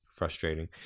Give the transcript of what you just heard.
frustrating